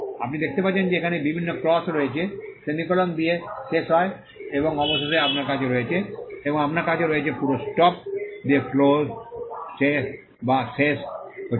আপনি দেখতে পাচ্ছেন যে এখানে বিভিন্ন ক্রস রয়েছে সেমিকোলন দিয়ে শেষ হয় এবং অবশেষে আপনার কাছে রয়েছে এবং আপনার কাছে রয়েছে পুরো স্টপ দিয়ে ক্লজ শেষ হচ্ছে